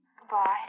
Goodbye